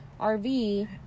RV